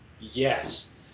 Yes